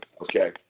okay